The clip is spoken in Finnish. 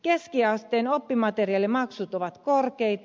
keskiasteen oppimateriaalimaksut ovat korkeita